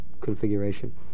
configuration